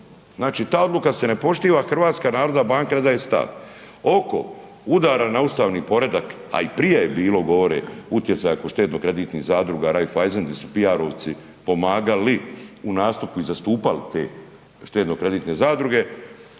Znači ta odluka se ne poštiva. Hrvatska narodna banka ne daje stav oko udara na ustavni poredak, a i prije je bilo … utjecaja kod štedno kreditnih zadruga Raiffeisen gdje su PR-ovci pomagali u nastupu i zastupali te štedno kreditne zadruge